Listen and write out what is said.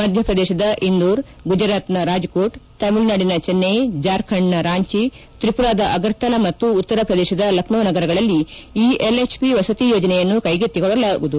ಮಧ್ಯಪ್ರದೇಶದ ಇಂದೋರ್ ಗುಜರಾತ್ನ ರಾಜ್ಕೋಟ್ ತಮಿಳುನಾಡಿನ ಚೆನ್ನೈ ಜಾರ್ಖಂಡ್ನ ರಾಂಚಿ ತ್ರಿಮರಾದ ಅಗರ್ತಲಾ ಮತ್ತು ಉತ್ತರ ಪ್ರದೇಶದ ಲಖನೌ ನಗರಗಳಲ್ಲಿ ಈ ಎಲ್ಎಚ್ಪಿ ಮಸಿ ಯೋಜನೆಯನ್ನು ಕೈಗೆಕ್ತಿಕೊಳ್ಳಲಾಗುವುದು